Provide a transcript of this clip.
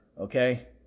okay